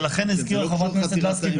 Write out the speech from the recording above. ולכן הזכירה חברת הכנסת לסקי,